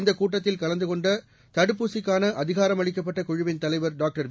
இந்தக் கூட்டத்தில் கலந்து கொண்ட தடுப்பூசிக்கான அதிகாரமளிக்கப்பட்ட குழுவின் தலைவர் டாக்டர் வி